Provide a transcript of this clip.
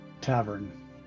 tavern